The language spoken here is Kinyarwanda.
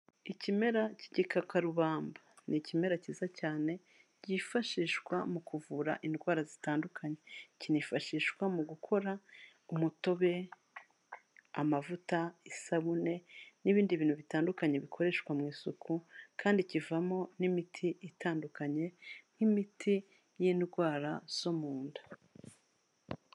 Ikimera cy'igikakarubamba ni ikimera cyiza cyane cyifashishwa mu kuvura indwara zitandukanye, kinifashishwa mu gukora umutobe, amavuta, isabune n'ibindi bintu bitandukanye bikoreshwa mu isuku kandi kivamo n'imiti itandukanye nk'imiti y'indwara zo mu nda.